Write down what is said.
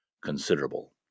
considerable